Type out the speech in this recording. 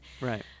right